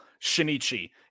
Shinichi